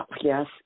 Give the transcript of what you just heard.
yes